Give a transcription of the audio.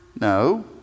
no